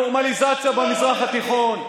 אלה שתומכים באויבי הנורמליזציה במזרח התיכון,